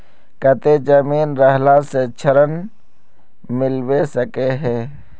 केते जमीन रहला से ऋण मिलबे सके है?